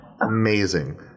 amazing